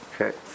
okay